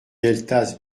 gueltas